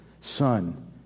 Son